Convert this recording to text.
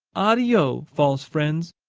addio, false friends.